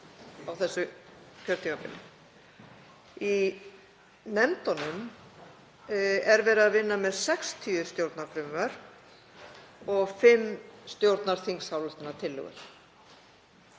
á þessu kjörtímabili. Í nefndunum er verið að vinna með 60 stjórnarfrumvörp og fimm stjórnarþingsályktunartillögur.